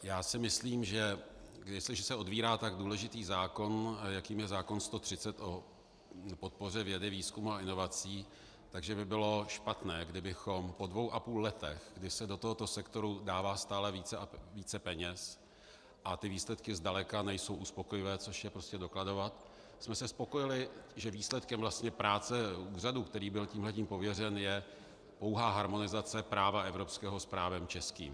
Já si myslím, že když už se otvírá tak důležitý zákon, jakým je zákon 130, o podpoře vědy, výzkumu a inovací, tak že by bylo špatné, kdybychom se po dvou a půl letech, kdy se do tohoto sektoru dává stále více a více peněz a ty výsledky zdaleka nejsou uspokojivé, což lze prostě dokladovat, spokojili, že výsledkem vlastně práce úřadu, který byl tímhle pověřen, je pouhá harmonizace práva evropského s právem českým.